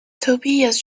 tobias